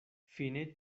fine